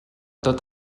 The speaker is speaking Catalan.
tot